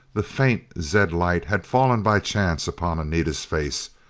the faint zed-light had fallen by chance upon anita's face.